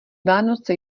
vánoce